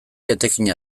etekina